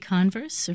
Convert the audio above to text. Converse